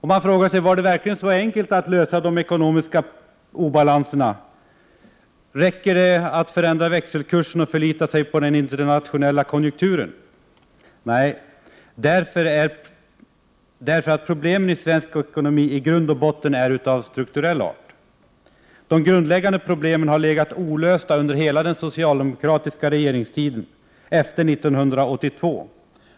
Man frågar sig: Var det verkligen så enkelt att lösa problemet med de ekonomiska obalanserna? Räcker det att förändra växelkursen och förlita sig på den internationella konjunkturen? Nej. Problemen i svensk ekonomi är nämligen i grund och botten av strukturell art. De grundläggande problemen har förblivit olösta under hela den socialdemokratiska regeringstiden efter 1982.